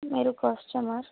మీరు కస్టమర్